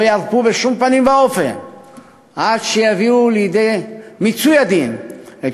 לא ירפו בשום פנים ואופן עד שיביאו לידי מיצוי הדין את